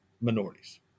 minorities